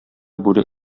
бүре